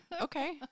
Okay